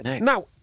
Now